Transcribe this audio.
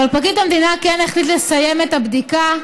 אבל פרקליט המדינה כן החליט לסיים את הבדיקה.